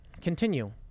continue